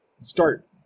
start